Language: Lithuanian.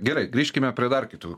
gerai grįžkime prie dar kitų